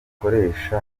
ukoresha